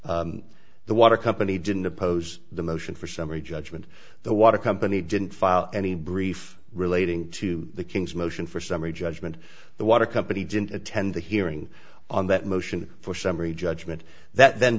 the water company didn't oppose the motion for summary judgment the water company didn't file any brief relating to the king's motion for summary judgment the water company didn't attend the hearing on that motion for summary judgment that then